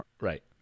Right